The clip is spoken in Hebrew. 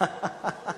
אני אענה לך,